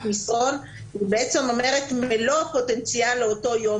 מסרון' אומרת מלוא הפוטנציאל לאותו יום,